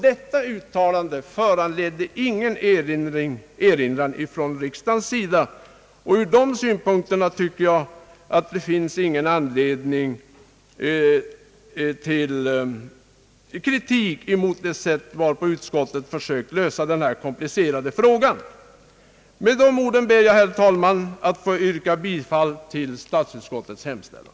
Detta uttalande föranledde ingen erinran från riksdagens sida». Ur dessa synpunkter tycker jag att det inte finns någon anledning till kritik mot det sätt varpå utskottet försökt lösa denna komplicerade fråga. Med dessa ord ber jag, herr talman, att få yrka bifall till statsutskottets hemställan.